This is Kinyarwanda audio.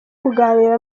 kuganira